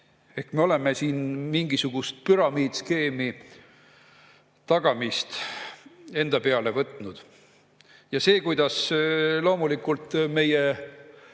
Ehk me oleme siin mingisuguse püramiidskeemi tagamise enda peale võtnud. Ja kuidas see loomulikult meie